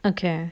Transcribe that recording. okay